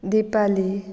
Deepali